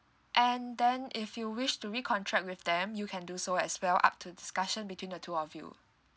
and then if you wish to recontract with them you can do so as well up to discussion between the two of you